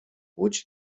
łódź